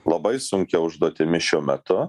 labai sunkia užduotimi šiuo metu